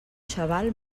xaval